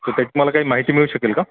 तर त्याची मला काही माहिती मिळू शकेल का